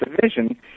division